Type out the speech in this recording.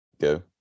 go